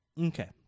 Okay